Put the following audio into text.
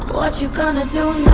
what you gonna do